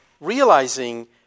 realizing